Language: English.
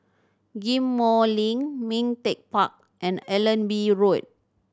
Ghim Moh Link Ming Teck Park and Allenby Road